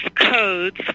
codes